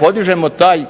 Podižemo taj